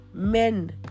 Men